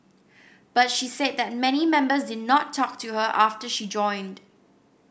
but she said that many members did not talk to her after she joined